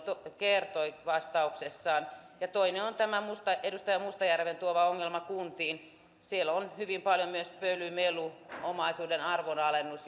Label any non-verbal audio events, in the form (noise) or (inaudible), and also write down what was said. kertoi vastauksessaan ja toinen on tämä edustaja mustajärven esille tuoma ongelma kunnissa siellä on hyvin paljon myös pölyä melua omaisuuden arvonalennusta (unintelligible)